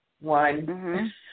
one